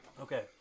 Okay